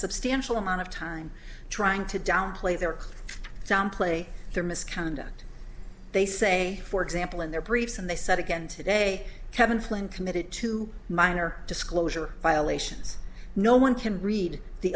substantial amount of time trying to downplay their exam play their misconduct they say for example in their briefs and they said again today kevin flynn committed to minor disclosure violations no one can read the